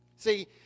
See